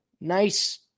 nice